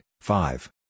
five